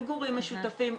מגורים משותפים,